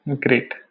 Great